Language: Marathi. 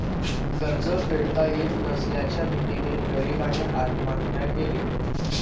कर्ज फेडता येत नसल्याच्या भीतीने गरीबाने आत्महत्या केली